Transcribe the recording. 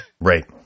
Right